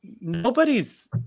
nobody's